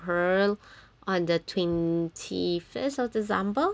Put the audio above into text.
on the twenty first of december her names is